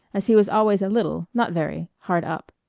as he was always a little, not very, hard up.